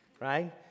right